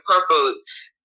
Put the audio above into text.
purpose